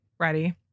Ready